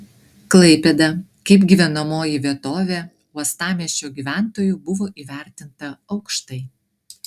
klaipėda kaip gyvenamoji vietovė uostamiesčio gyventojų buvo įvertinta aukštai